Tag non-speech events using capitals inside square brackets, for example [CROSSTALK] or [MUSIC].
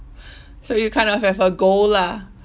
[BREATH] so you kind of have a goal lah [BREATH]